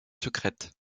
secrètes